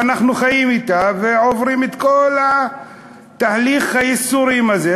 ואנחנו חיים אתה ועוברים את כל תהליך הייסורים הזה,